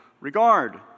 regard